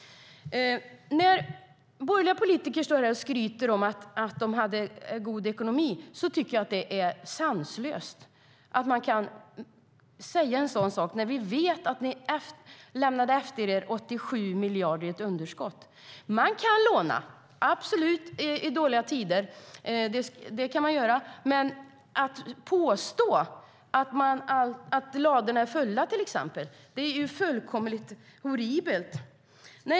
Borgerliga politiker står här och skryter om att de hade god ekonomi. Jag tycker att det är sanslöst att säga en sådan sak när vi vet att ni lämnade efter er 87 miljarder i underskott. Man kan låna i dåliga tider, absolut, men att påstå till exempel att ladorna är fulla är fullkomligt horribelt.